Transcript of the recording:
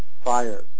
fire